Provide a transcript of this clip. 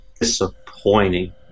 disappointing